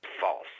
False